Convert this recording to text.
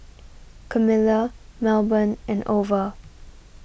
Camila Melbourne and Ova